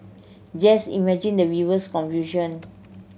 just imagine the viewer's confusion